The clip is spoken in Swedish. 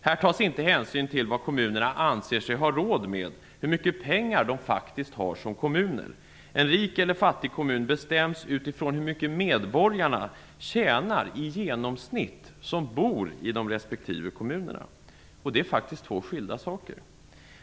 Här tas inte hänsyn till vad kommunerna anser sig ha råd med, hur mycket pengar de faktiskt har som kommuner. Om det är en rik eller fattig kommun bestäms utifrån hur mycket de medborgare i genomsnitt tjänar som bor i respektive kommun. Det är faktiskt två skilda saker.